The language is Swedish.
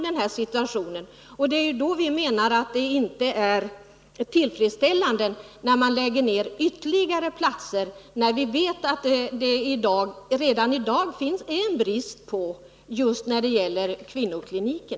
Det är därför vi menar att det inte är tillfredsställande att man drar in ytterligare platser, när vi vet att det redan i dag finns en brist just när det gäller kvinnokliniker.